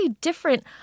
different